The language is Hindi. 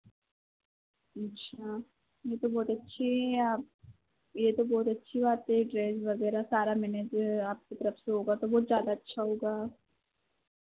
अच्छा ये तो बहुत अच्छे आप ये तो बहुत अच्छी बात है ड्रेस वगैरह सारा मैनेज आपकी तरफ से होगा तो वो ज़्यादा अच्छा होगा